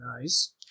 nice